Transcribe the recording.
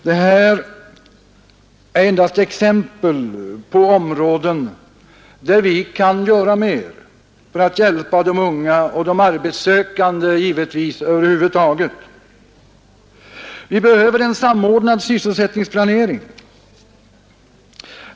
Det här är endast exempel på områden, där vi kan göra mer för att hjälpa de unga och givetvis de arbetssökande över huvud taget. Vi behöver en samordnad sysselsättningsplanering.